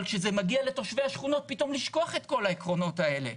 אבל כשזה מגיע לתושבי השכונות פתאום לשכוח את כל העקרונות האלה.